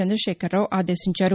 చంద్రశేఖరరావు ఆదేశించారు